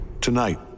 Tonight